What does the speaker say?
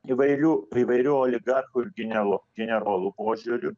įvairių įvairių oligarchų ir genelo generolų požiūriu